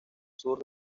sur